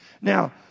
Now